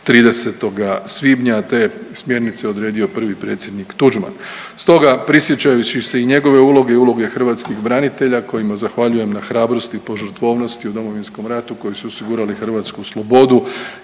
30. svibnja, a te je smjernice odredio prvi predsjednik Tuđman. Stoga prisjećajući se i njegove uloge i uloge hrvatskih branitelja kojima zahvaljujem na hrabrosti i požrtvovnosti u Domovinskom ratu koji su osigurali hrvatsku slobodu,